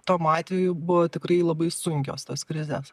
tomo atveju buvo tikrai labai sunkios tos krizės